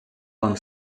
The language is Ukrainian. вам